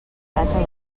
gata